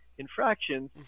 infractions